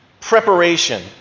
preparation